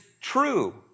true